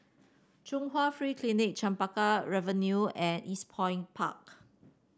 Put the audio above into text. Chung Hwa Free Clinic Chempaka Avenue and Eastpoint Park